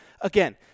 Again